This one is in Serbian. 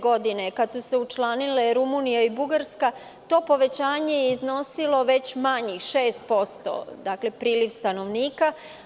Godine 2007, kad su se učlanile Rumunija i Bugarska, to povećanje je iznosilo već manje, 6%, priliv stanovnika.